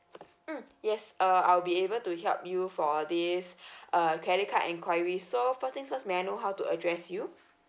mm yes uh I'll be able to help you for uh this uh credit card enquiry so first thing first may I know how to address you